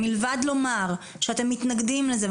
מלבד לומר שאתם מתנגדים לזה,